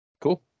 Cool